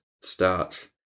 starts